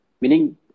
meaning